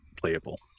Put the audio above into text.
playable